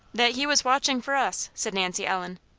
that he was watching for us! said nancy ellen.